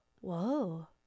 Whoa